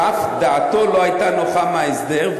שאף דעתו לא הייתה נוחה מההסדר,